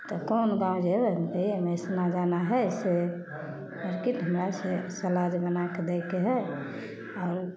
तऽ कोन गाँव जेबय हम कहलियै हे मेहसना जाना हइ से मार्केट हमरा से बनाके दैके हइ आओर